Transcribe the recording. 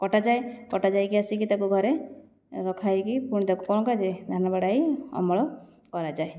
କଟାଯାଏ କଟାଯାଇକି ଆସିକି ତାକୁ ଘରେ ରଖାହେଇକି ପୁଣି ତାକୁ କ'ଣ କରାଯାଏ ଧାନ ବାଡ଼ାଇ ଅମଳ କରାଯାଏ